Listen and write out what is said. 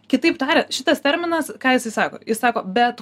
kitaip tariant šitas terminas ką jisai sako jis sako bet